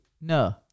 No